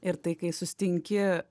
ir tai kai susitinki